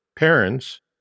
parents